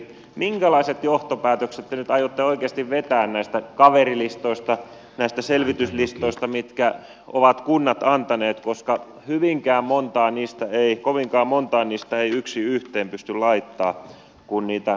minkälaiset johtopäätökset te nyt aiotte oikeasti vetää näistä kaverilistoista näistä selvityslistoista joita ovat kunnat antaneet koska kovinkaan montaa niistä ei yksi yhteen pysty laittamaan kun niitä katsoo näin ulkopuolelta